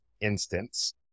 instance